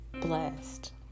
blessed